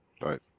Right